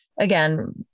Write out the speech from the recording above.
again